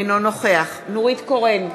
אינו נוכח נורית קורן,